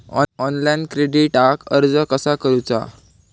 Online क्रेडिटाक अर्ज कसा करुचा?